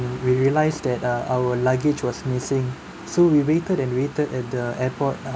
we realised that uh our luggage was missing so we waited and waited at the airport